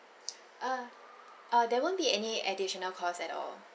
uh uh there won't be any additional costs at all